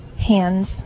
hands